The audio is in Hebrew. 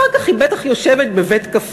אחר כך היא בטח יושבת בבית-קפה,